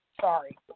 Sorry